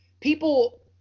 people –